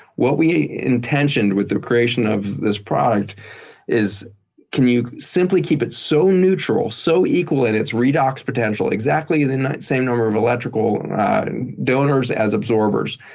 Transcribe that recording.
what we intentioned with the creation of this product is can you simply keep it so neutral, so equal in its redox potential, exactly and not same number of electrical donors as absorbers,